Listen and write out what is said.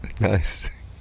Nice